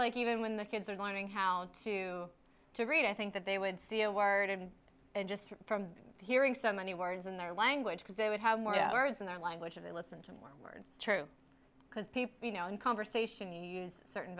like even when the kids are learning how to to read i think that they would see a word and just from hearing so many words in their language because they would have more words in their language of they listen to my words because people you know in conversation use certain